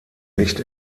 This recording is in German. nicht